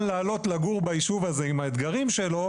לעלות לגור ביישוב הזה עם האתגרים שלו,